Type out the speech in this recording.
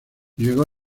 llegó